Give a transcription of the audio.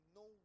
no